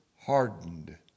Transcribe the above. hardened